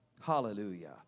Hallelujah